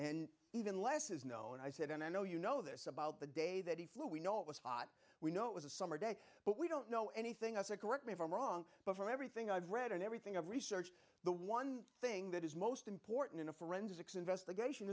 and even less is known i said and i know you know this about the day that he flew we know it was hot we know it was a summer day but we don't know anything i said correct me if i'm wrong but from everything i've read and everything i've researched the one thing that is most important in a forensics investigation